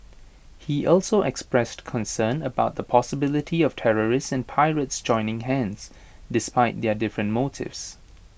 he also expressed concern about the possibility of terrorists and pirates joining hands despite their different motives